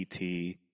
et